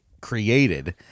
created